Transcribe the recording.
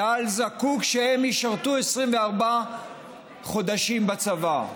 צה"ל זקוק שהם ישרתו 24 חודשים בצבא.